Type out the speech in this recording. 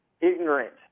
ignorant